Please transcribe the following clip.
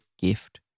gift